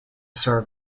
serve